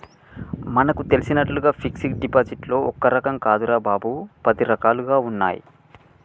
మనకు తెలిసినట్లుగా ఫిక్సడ్ డిపాజిట్లో ఒక్క రకం కాదురా బాబూ, పది రకాలుగా ఉన్నాయి